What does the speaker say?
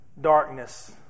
darkness